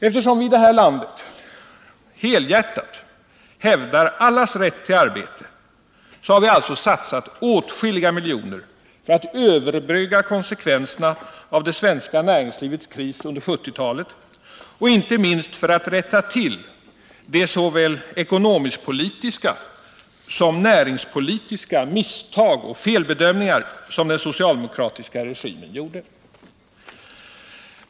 Eftersom vi i det här landet helhjärtat hävdar allas rätt till arbete, så har vi alltså satsat åtskilliga miljoner för att överbrygga konsekvenserna av det svenska näringslivets kris under 1970-talet och inte minst för att rätta till de såväl ekonomiskpolitiska som näringspolitiska misstag och felbedömningar som den socialdemokratiska regimen gjorde.